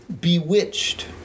bewitched